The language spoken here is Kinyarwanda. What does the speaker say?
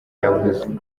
yavuze